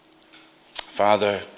Father